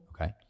Okay